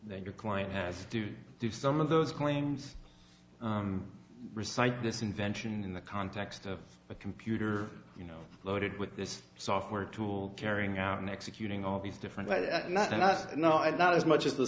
your client has to do some of those claims recites this invention in the context of a computer you know loaded with this software tool carrying out and executing all these different but not enough not that as much as the